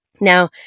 Now